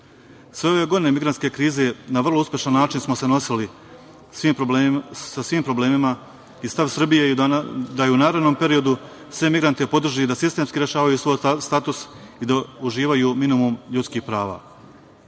ove godine migrantske krize na vrlo uspešan način smo se nosili sa svim problemima i stav Srbije je da i u narednom periodu sve migrante podrži i da sistemski rešavaju svoj status i da uživaju minimum ljudskih